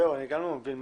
גם אני לא מבין.